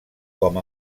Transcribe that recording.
com